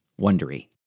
Wondery